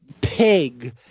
Pig